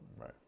Right